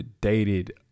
dated